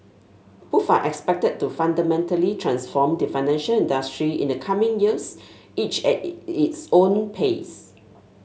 both are expected to fundamentally transform the financial industry in the coming years each at its own pace